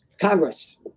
Congress